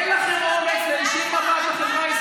אנחנו מדברים פה על המיגון של עוטף עזה.